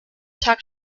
tag